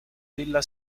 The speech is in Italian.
della